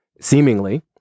seemingly